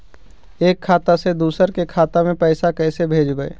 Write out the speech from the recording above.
एक खाता से दुसर के खाता में पैसा कैसे भेजबइ?